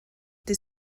dydd